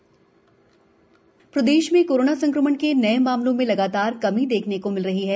प्रदेश Covid प्रदेश में corona संक्रमण के नये मामलों में लगातार कमी देखने को मिल रही है